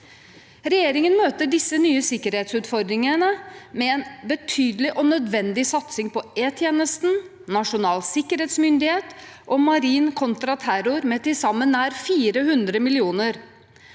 Regjeringen møter disse nye sikkerhetsutfordringene med en betydelig og nødvendig satsing på E-tjenesten, Nasjonal sikkerhetsmyndighet og marin kontraterror med til sammen nær 400 mill. kr.